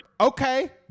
Okay